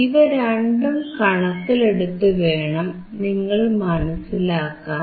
ഇവ രണ്ടും കണക്കിലെടുത്തുവേണം നിങ്ങൾ മനസിലാക്കാൻ